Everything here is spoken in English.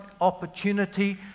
opportunity